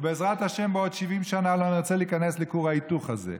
ובעזרת השם בעוד 70 שנים אנחנו לא נרצה להיכנס לכור ההיתוך הזה,